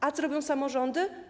A co robią samorządy?